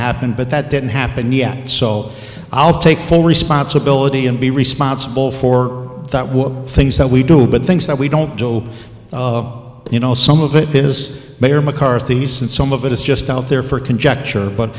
happen but that didn't happen yet so i'll take full responsibility and be responsible for that what things that we do but things that we don't go you know some of it is mayor mccarthy said some of it is just out there for conjecture but